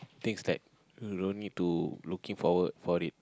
things that you don't need to looking forward for it